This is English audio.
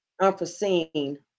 Unforeseen